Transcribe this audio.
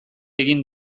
egin